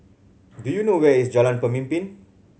do you know where is Jalan Pemimpin